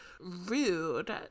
rude